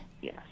Yes